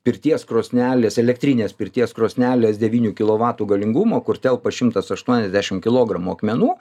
pirties krosnelės elektrinės pirties krosnelės devynių kilovatų galingumo kur telpa šimtas aštuoniasdešim kilogramų akmenų